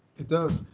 it does.